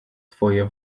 twoje